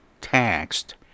taxed